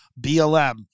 BLM